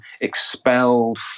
expelled